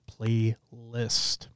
playlist